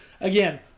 Again